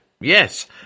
yes